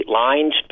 lines –